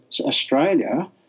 Australia